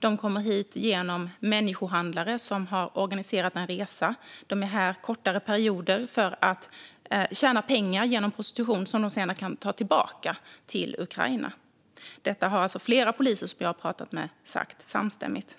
De kommer hit genom människohandlare som har organiserat en resa. De är här kortare perioder för att tjäna pengar genom prostitution och som de senare kan ta med tillbaka till Ukraina. Detta har flera poliser som jag har pratat med sagt samstämmigt.